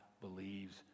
believes